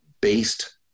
based